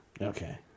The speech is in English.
Okay